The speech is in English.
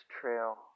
trail